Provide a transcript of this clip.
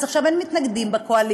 אז עכשיו אין מתנגדים בקואליציה,